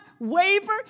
waver